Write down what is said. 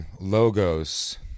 logos